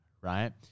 Right